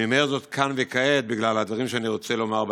אני אומר זאת כאן וכעת בגלל הדברים שאני רוצה לומר בהמשך.